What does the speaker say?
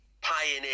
pioneer